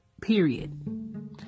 Period